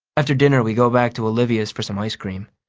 after dinner we go back to olivia's for some ice cream.